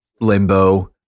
limbo